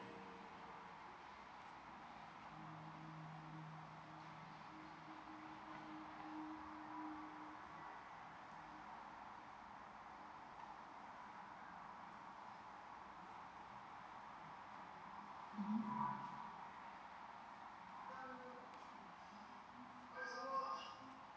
mmhmm